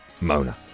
Mona